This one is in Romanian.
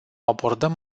abordăm